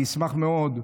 אני אשמח מאוד.